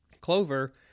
clover